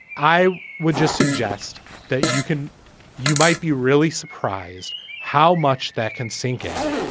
i would just suggest that you can you might be really surprised how much that can sink in.